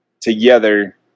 together